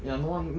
pretty quiet